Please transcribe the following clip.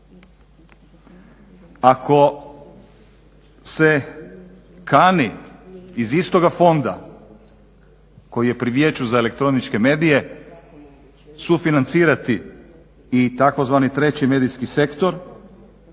Ako se kani iz istoga fonda koji je pri vijeću za elektroničke medije sufinancirati i tzv.. treći medijski sektor